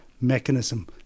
mechanism